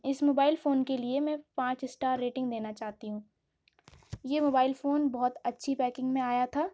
اس mobile phone کے لیے میں پانچ اسٹار ریٹنگ دینا چاہتی ہوں یہ موبائل فون بہت اچھی پیکنگ میں آیا تھا